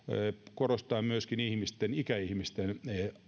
korostaa myöskin ikäihmisten